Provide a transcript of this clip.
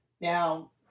now